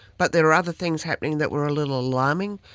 but there were other things happening that were a little alarming.